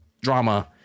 drama